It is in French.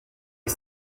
est